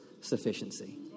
sufficiency